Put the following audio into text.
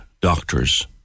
doctors